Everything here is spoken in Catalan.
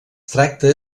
tracta